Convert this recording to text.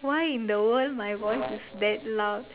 why in the world my voice is that loud